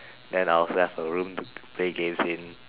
then I'll also have a room to play games in